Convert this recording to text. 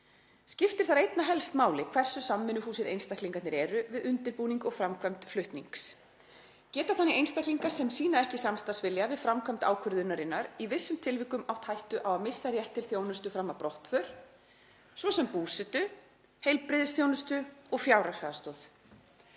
Skiptir þar einna helst máli hversu samvinnufúsir einstaklingarnir eru við undirbúning og framkvæmd flutnings. Geta þannig einstaklingar sem sýna ekki samstarfsvilja við framkvæmd ákvörðunarinnar í vissum tilvikum átt hættu á að missa rétt til þjónustu fram að brottför, svo sem búsetu, heilbrigðisþjónustu og fjárhagsaðstoð.“